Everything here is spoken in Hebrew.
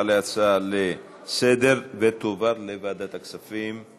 להצעה לסדר-היום ותועבר לוועדת הכספים.